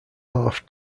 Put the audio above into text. half